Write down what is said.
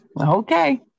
Okay